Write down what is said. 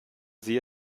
sie